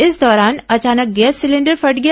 इस दौरान अचानक गैस सिलेंडर फट गया